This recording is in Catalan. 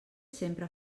sempre